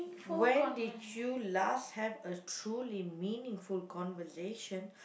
when did you last have a truly meaningful conversation